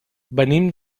venim